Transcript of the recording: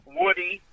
woody